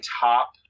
top